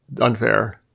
unfair